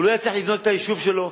הוא לא יצליח לבנות את היישוב שלו,